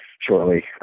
shortly